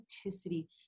authenticity